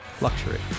luxury